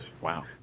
Wow